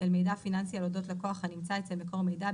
אל מידע פיננסי על אודות לקוח הנמצא אצל מקור מידע,